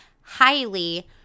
highly